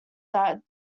that